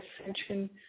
Ascension